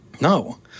no